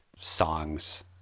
songs